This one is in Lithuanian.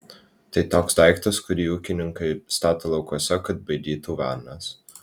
tai toks daiktas kurį ūkininkai stato laukuose kad baidytų varnas